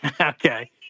Okay